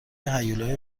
هیولای